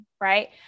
right